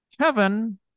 Kevin